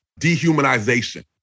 dehumanization